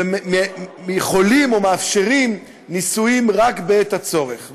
ויכולים או מאפשרים ניסויים רק בעת הצורך.